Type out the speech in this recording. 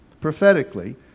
prophetically